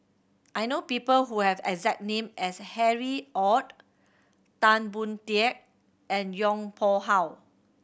I know people who have exact name as Harry Ord Tan Boon Teik and Yong Pung How